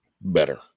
better